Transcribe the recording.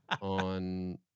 on